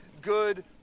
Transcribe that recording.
good